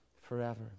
forever